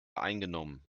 eingenommen